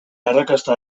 arrakasta